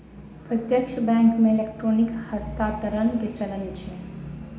प्रत्यक्ष बैंक मे इलेक्ट्रॉनिक हस्तांतरण के चलन अछि